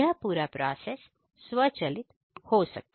यह पूरा प्रोसेस स्वचालित हो सकता